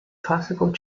classical